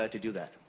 ah to do that.